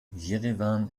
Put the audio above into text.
jerewan